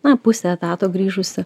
na pusę etato grįžusi